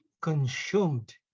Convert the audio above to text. consumed